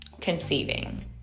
conceiving